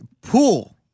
Pool